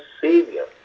Savior